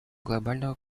глобального